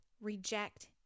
reject